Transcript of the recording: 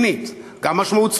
גם משמעות מדינית,